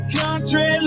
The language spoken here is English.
country